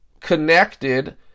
connected